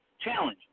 challenge